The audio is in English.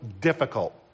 difficult